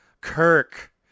Kirk